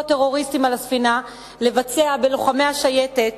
הטרוריסטים על הספינה לבצע בלוחמי השייטת,